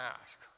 ask